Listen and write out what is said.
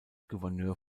gouverneur